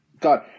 God